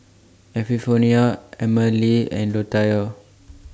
Epifanio Emmalee and Latoya